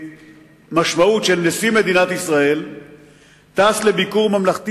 שהמשמעות של נשיא מדינת ישראל שטס לביקור ממלכתי